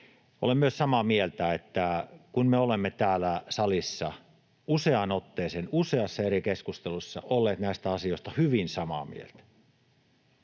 Olen myös samaa mieltä, että kun me olemme täällä salissa useaan otteeseen useassa eri keskustelussa olleet näistä asioista hyvin samaa mieltä,